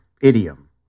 idiom